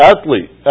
Athlete